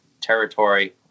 territory